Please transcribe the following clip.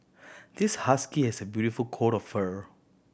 this husky has a beautiful coat of fur